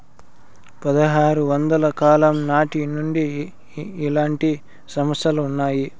పదహారు వందల కాలం నాటి నుండి ఇలాంటి సంస్థలు ఉన్నాయి